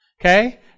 Okay